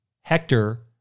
Hector